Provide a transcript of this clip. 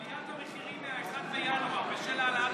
עלית המחירים מ-1 בינואר בשל העלאת